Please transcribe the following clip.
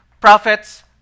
prophets